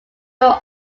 were